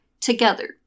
together